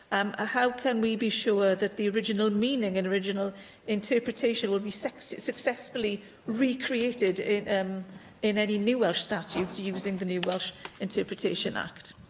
um ah how can we be sure that the original meaning and original interpretation will be successfully recreated in um in any new welsh statutes using the new welsh interpretation act?